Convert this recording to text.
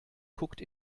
guckt